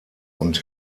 und